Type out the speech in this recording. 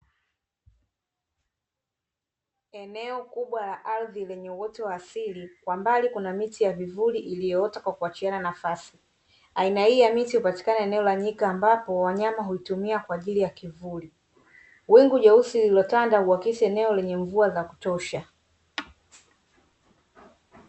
Eneo kubwa la ardhi lenye uoto wa asili kwa mbali kuna miti ya vivuli iliyoota kwa kuachiana nafasi, aina hii ya miti hupatikana eneo la nyika ambapo wanyama hutumia kwaajili ya kivuli. Wingu jeusi lililotanda huakisi eneo lenye mvua za kutosha.